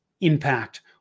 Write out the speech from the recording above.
impact